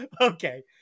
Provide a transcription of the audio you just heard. okay